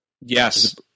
Yes